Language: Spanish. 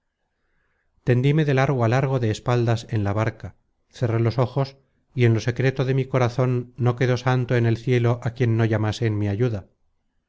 ayudasen tendíme de largo á largo de espaldas en la barca cerré los ojos y en lo secreto de mi corazon no quedó santo en el cielo á quien no llamase en mi ayuda